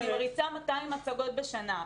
אני מריצה 200 הצגות בשנה,